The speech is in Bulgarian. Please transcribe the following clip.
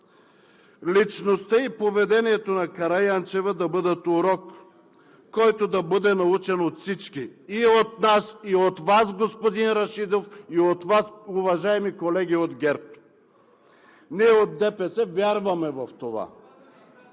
личността и поведението на Караянчева да бъдат урок, който да бъде научен от всички – и от нас, и от Вас, господин Рашидов, и от Вас, уважаеми колеги от ГЕРБ. Ние от ДПС вярваме в това.